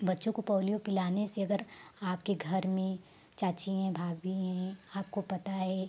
बच्चों को पोलियो पिलाने से अगर आपके घर में चाची हैं भाबी हैं आपको पता है